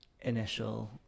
initial